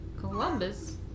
Columbus